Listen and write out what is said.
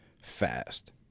fast